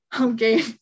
okay